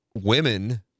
women